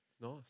Nice